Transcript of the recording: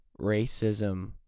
racism